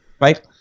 right